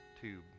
tube